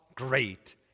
Great